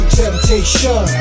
temptation